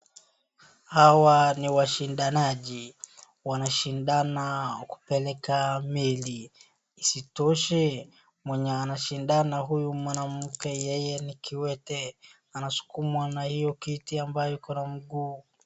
Hawa ni washidanaji, wanashidana kupeleka meli. Isitoshe, mwenye anashidana huyu mwanamke yeye ni kiwete anasukumwa na hiyo kiti ambaye iko na mguu.